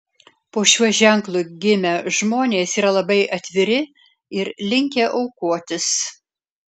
po šiuo ženklu gimę žmonės yra labai atviri ir linkę aukotis